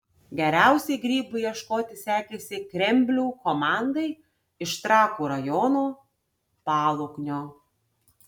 geriausiai grybų ieškoti sekėsi kremblių komandai iš trakų rajono paluknio